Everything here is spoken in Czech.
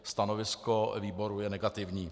Stanovisko výboru je negativní.